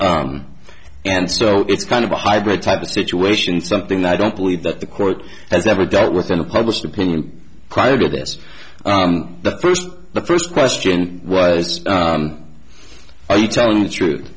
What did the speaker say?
and so it's kind of a hybrid type of situation something that i don't believe that the court has ever dealt with in a published opinion prior to this the first the first question was are you telling the truth